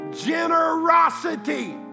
generosity